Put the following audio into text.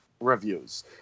reviews